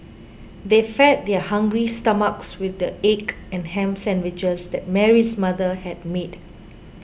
they fed their hungry stomachs with the egg and ham sandwiches that Mary's mother had made